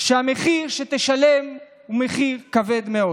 שהמחיר שתשלם הוא מחיר כבד מאוד.